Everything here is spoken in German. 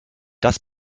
das